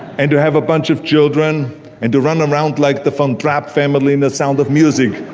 and to have a bunch of children and to run around like the von trapp family in the sound of music.